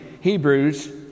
Hebrews